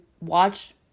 watch